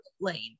lane